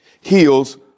heals